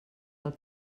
pel